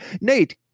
Nate